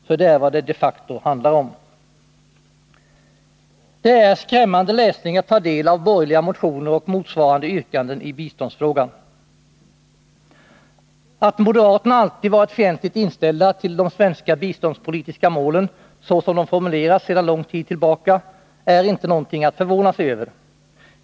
För det är vad det de facto handlar om. Borgerliga motioner och motsvarande yrkanden i biståndsfrågan är skrämmande läsning. Att moderaterna alltid varit fientligt inställda till de svenska biståndspolitiska målen, så som de formulerats sedan lång tid tillbaka, är inte något att förvåna sig över.